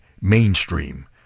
mainstream